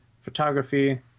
photography